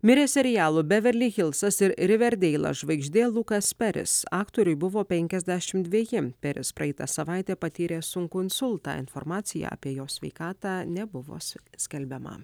mirė serialų beverli hilsas ir riverdeila žvaigždė lukas peris aktoriui buvo penkiasdešimt dveji peris praeitą savaitę patyrė sunkų insultą informacija apie jo sveikatą nebuvo skelbiama